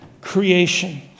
creation